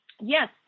yes